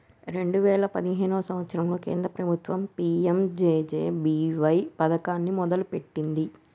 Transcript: రెండే వేయిల పదిహేను సంవత్సరంలో కేంద్ర ప్రభుత్వం పీ.యం.జే.జే.బీ.వై పథకాన్ని మొదలుపెట్టింది